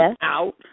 out